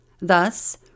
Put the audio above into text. Thus